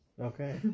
Okay